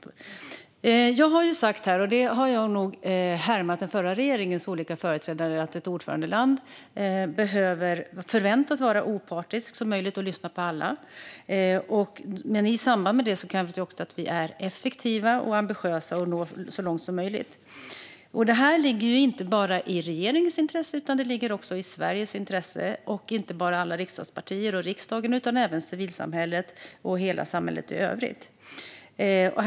Jag har sagt här - och då har jag nog härmat den förra regeringens olika företrädare - att ett ordförandeland förväntas vara så opartiskt som möjligt och lyssna på alla. Men i samband med det krävs också att vi är effektiva och ambitiösa och att vi når så långt som möjligt. Det här ligger inte bara i regeringens intresse utan också i Sveriges intresse. Det ligger inte bara i alla riksdagspartiers och riksdagens intresse utan även i civilsamhällets och hela det övriga samhällets intresse.